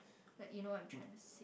like you know what I'm trying to say